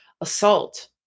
assault